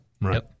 right